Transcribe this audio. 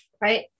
Right